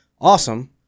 awesome